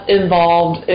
involved